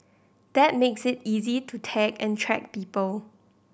that makes it easy to tag and track people